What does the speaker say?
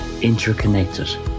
interconnected